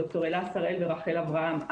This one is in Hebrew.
ד"ר אלה שראל ורחל אברהם,